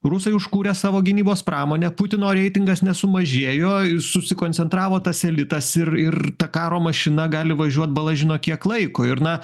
rusai užkūrę savo gynybos pramonę putino reitingas nesumažėjo ir susikoncentravo tas elitas ir ir ta karo mašina gali važiuot bala žino kiek laiko ir na